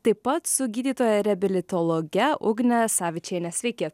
taip pat su gydytoja reabilitologe ugne savičiene sveiki